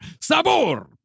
Sabor